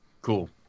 Cool